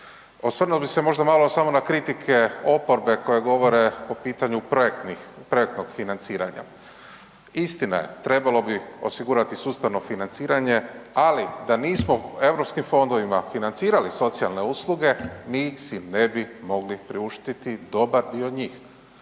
Osvrnuo bi se možda malo samo na kritike oporbe koja govore o pitanju projektnih, projektnog financiranja. Istina je trebalo bi osigurati sustavno financiranje, ali da nismo u europskim fondovima financirali socijalne usluge mi si ne bi mogli priuštiti dobar dio njih.